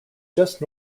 just